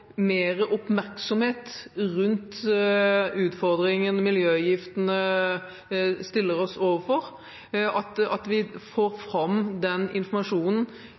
mer oppmerksomhet rundt de utfordringene som miljøgiftene stiller oss overfor: at vi får fram